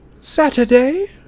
Saturday